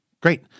great